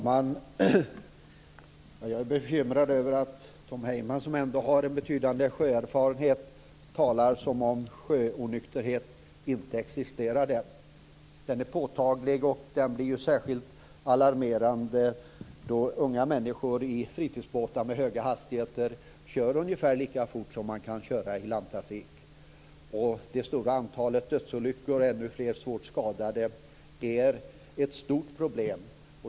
Fru talman! Jag är bekymrad över att Tom Heyman, som ändå har en betydande sjöerfarenhet, talar som om sjöonykterhet inte existerar. Den är påtaglig, och den blir särskilt alarmerande då unga människor i fritidsbåtar med höga hastigheter kör ungefär lika fort som man kan köra i landtrafik. Det stora antalet dödsolyckor och det ännu större antalet svårt skadade är ett stort problem.